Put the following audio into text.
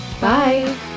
Bye